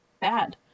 bad